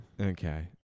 Okay